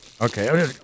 Okay